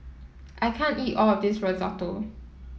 I can't eat all of this Risotto